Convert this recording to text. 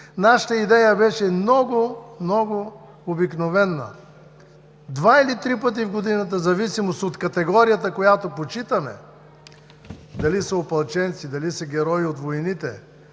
Нашата идея беше много, много обикновена. Два или три пъти в годината, в зависимост от категорията, която почитаме – дали са опълченци, дали са герои от войните,